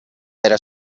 era